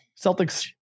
Celtics